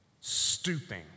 Stooping